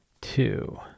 two